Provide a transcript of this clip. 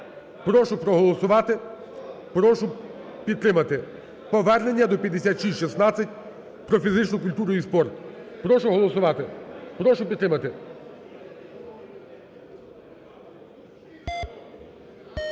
Прошу проголосувати, прошу підтримати повернення до 5616 "Про фізичну культуру і спорт". Прошу голосувати, прошу підтримати.